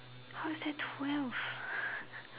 how is there twelve